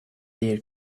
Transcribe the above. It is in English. their